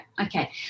okay